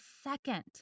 second